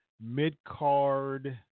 mid-card